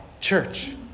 church